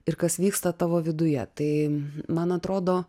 ir kas vyksta tavo viduje tai man atrodo